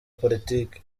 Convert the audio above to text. politike